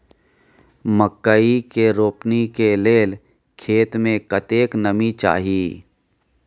मकई के रोपनी के लेल खेत मे कतेक नमी चाही?